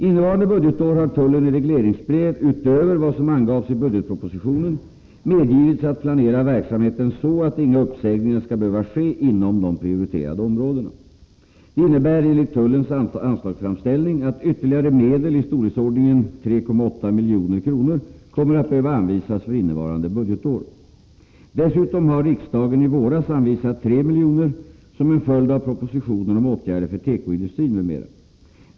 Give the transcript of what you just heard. Innevarande budgetår har tullen i regleringsbrev, utöver vad som angavs i budgetpropositionen, medgivits att planera verksamheten så att inga uppsägningar skall behöva ske inom de prioriterade områdena. Det innebär enligt tullens anslagsframställning att ytterligare medel i storleksordningen 3,8 milj.kr. kommer att behöva anvisas för innevarande budgetår. Dessutom har riksdagen i våras anvisat 3 milj.kr. som en följd av propositionen om åtgärder för tekoindustrin m.m.